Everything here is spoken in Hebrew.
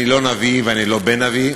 אני לא נביא ואני לא בן נביא,